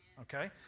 Okay